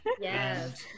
Yes